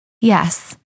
yes